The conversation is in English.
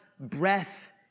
breath